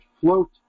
float